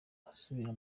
asubira